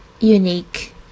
unique